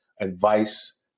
advice